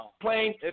playing